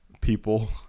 people